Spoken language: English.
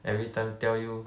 every time tell you